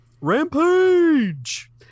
Rampage